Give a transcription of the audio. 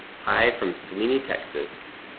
hi, from sweeney texas,